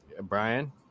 Brian